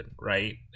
right